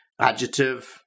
adjective